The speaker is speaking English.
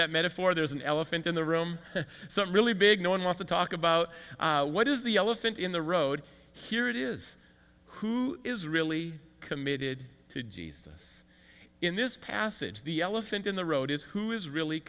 that metaphor there's an elephant in the room some really big no one wants to talk about what is the elephant in the road here it is who is really committed to jesus in this passage the elephant in the road is who is really